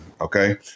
Okay